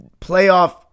playoff